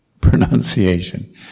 pronunciation